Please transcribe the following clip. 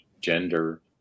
gender